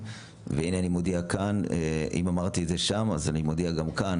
אני יודעת, אבל אני אתן דוגמא ממערכת